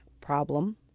problem